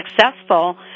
successful